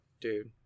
Dude